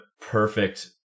perfect